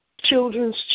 children's